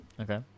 Okay